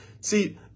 See